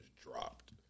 dropped